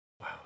Wow